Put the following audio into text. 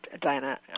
Diana